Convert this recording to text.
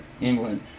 England